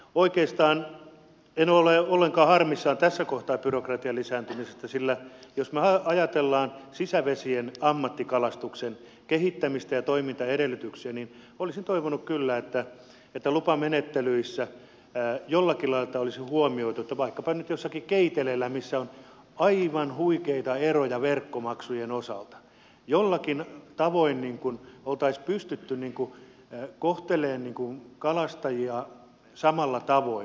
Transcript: oikeastaan en ole ollenkaan harmissani tässä kohtaa byrokratian lisääntymisestä sillä jos me ajattelemme sisävesien ammattikalastuksen kehittämistä ja toimintaedellytyksiä niin olisin toivonut kyllä että lupamenettelyissä jollakin lailla olisi huomioitu että vaikkapa nyt jossakin keiteleellä missä on aivan huikeita eroja verkkomaksujen osalta jollakin tavoin olisi pystytty kohtelemaan kalastajia samalla tavoin